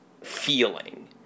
feeling